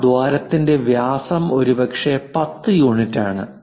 ആ ദ്വാരത്തിന്റെ വ്യാസം ഒരുപക്ഷേ 10 യൂണിറ്റാണ്